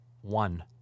one